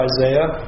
Isaiah